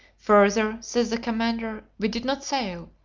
further, says the commander, we did not sail,